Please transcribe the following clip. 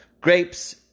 grapes